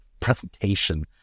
presentation